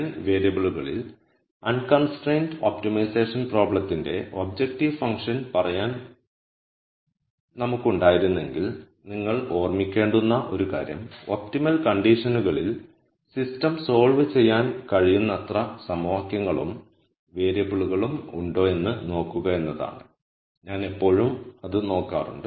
n വേരിയബിളുകളിൽ unconstrained optimisation പ്രോബ്ളത്തിന്റെ objective function പറയാൻ നമുക്കുണ്ടായിരുന്നെങ്കിൽ നിങ്ങൾ ഓർമിക്കേണ്ടുന്ന ഒരു കാര്യം ഒപ്റ്റിമൽ കണ്ടീഷനുകളിൽ സിസ്റ്റം സോൾവ് ചെയ്യാൻ കഴിയുന്നത്ര സമവാക്യങ്ങളും വേരിയബിളുകളും ഉണ്ടോ എന്ന് നോക്കുക എന്നതാണ് ഞാൻ എപ്പോഴും അത് നോക്കാറുണ്ട്